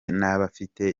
n’abafite